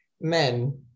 men